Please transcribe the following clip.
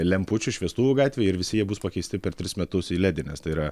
lempučių šviestuvų gatvėje ir visi jie bus pakeisti per tris metus į ledines tai yra